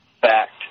fact